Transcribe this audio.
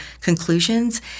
conclusions